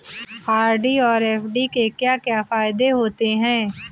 RD और FD के क्या क्या फायदे होते हैं?